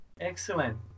Excellent